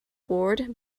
ward